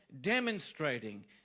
demonstrating